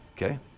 Okay